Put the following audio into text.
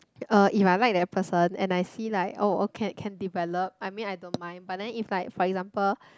uh if I like that person and I see like oh okay can develop I mean I don't mind but then if like for example